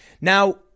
Now